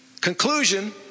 conclusion